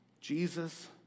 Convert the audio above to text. Jesus